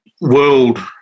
world